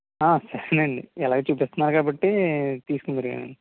సరేలెండి ఎలాగో చూపిస్తున్నారు కాబట్టి తీసుకుందురు గాని